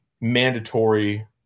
mandatory